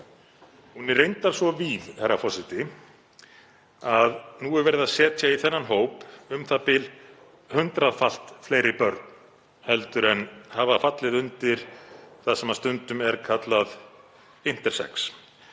Hún er reyndar svo víð, herra forseti, að nú er verið að setja í þennan hóp u.þ.b. hundraðfalt fleiri börn en hafa fallið undir það sem stundum er kallað intersex,